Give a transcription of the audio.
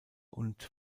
und